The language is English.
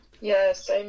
Yes